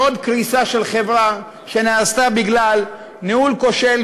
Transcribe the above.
עוד קריסה של חברה בגלל ניהול כושל,